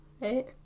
Right